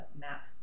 map